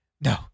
No